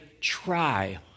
try